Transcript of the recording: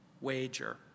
wager